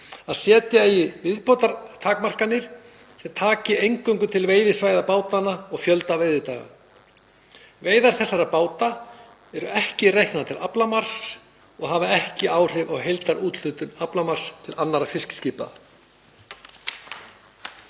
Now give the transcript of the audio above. setja eigi viðbótartakmarkanir sem taki eingöngu til veiðisvæða bátanna og fjölda veiðidaga. Veiðar þessara báta eru ekki reiknaðar til aflamarks og hafa ekki áhrif á heildarúthlutun aflamarks til annarra fiskiskipa.“